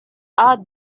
are